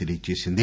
తెలియజేసింది